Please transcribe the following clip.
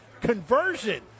conversion